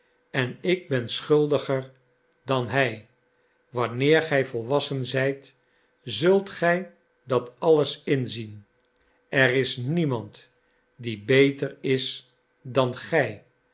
en ik ben schuldiger dan hij wanneer gij volwassen zijt zult gij dat alles inzien er is niemand die beter is dan gij